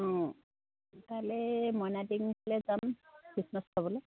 অঁ কাইলৈ মইনাটিঙলৈ যাম খ্ৰীষ্টমাছ খাবলৈ